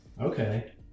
Okay